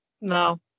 no